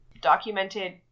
Documented